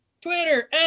Twitter